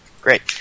Great